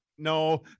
No